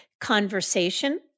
conversation